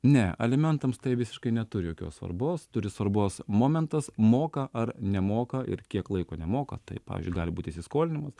ne alimentams tai visiškai neturi jokios svarbos turi svarbos momentas moka ar nemoka ir kiek laiko nemoka tai pavyzdžiui gali būti įsiskolinimas